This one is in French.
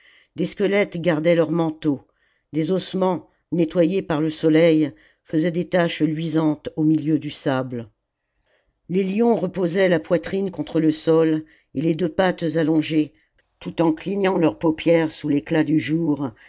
des squelettes gardaient leurs manteaux des ossements nettoyés par le soleil faisaient des taches luisantes au miheu du sable les lions reposaient la poitrine contre le sol et les deux pattes allongées tout en clignant leurs paupières sous l'éclat du jour